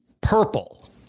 purple